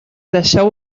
deixeu